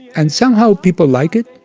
and somehow people like it.